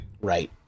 Right